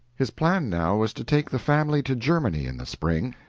his plan now was to take the family to germany in the spring,